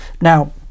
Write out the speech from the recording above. Now